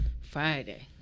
Friday